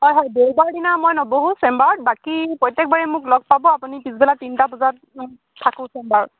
হয় হয় দেওবাৰ দিনা মই নবহোঁ চেম্বাৰত বাকী প্ৰত্যেকবাৰেই মোক লগ পাব আপুনি পিছবেলা তিনিটা বজাত থাকোঁ চেম্বাৰত